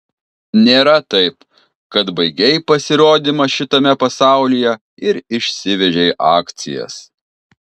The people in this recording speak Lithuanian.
nėra taip kad baigei pasirodymą šitame pasaulyje ir išsivežei akcijas